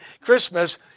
Christmas